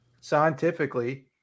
scientifically